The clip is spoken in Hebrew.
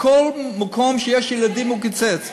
בכל מקום שיש ילדים הוא קיצץ.